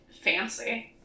fancy